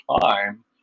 time